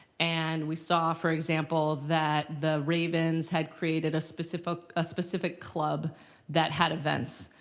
and we saw, for example, that the ravens had created a specific ah specific club that had events.